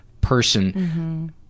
person